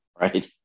Right